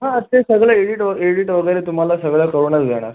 हां ते सगळं एडिट वं एडिट वगैरे तुम्हाला सगळं करूनच देणार